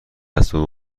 اسب